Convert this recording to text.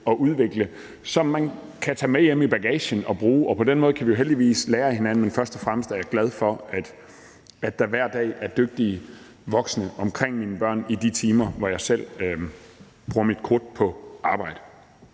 at udvikle det, som man kan tage med hjem i bagagen og bruge. Og på den måde kan vi jo heldigvis lære af hinanden, men først og fremmest er jeg glad for, at der hver dag er dygtige voksne omkring mine børn i de timer, hvor jeg selv bruger mit krudt på arbejde.